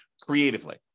creatively